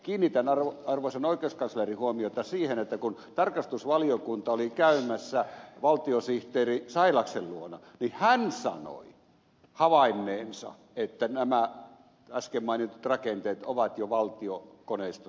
kiinnitän arvoisan oikeuskanslerin huomiota siihen että kun tarkastusvaliokunta oli käymässä valtiosihteeri sailaksen luona niin hän sanoi havainneensa että nämä äsken mainitut rakenteet ovat jo valtiokoneistossa sisässä